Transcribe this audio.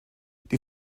die